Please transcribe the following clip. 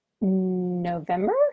November